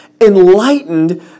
Enlightened